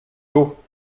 d’eau